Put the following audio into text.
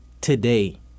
today